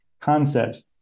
concepts